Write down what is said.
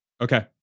Okay